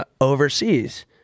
overseas